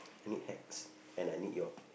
I need hacks and I need your